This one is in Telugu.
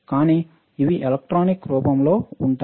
కానీ ఇవి ఎలక్ట్రానిక్ రూపంలో ఉంటాయి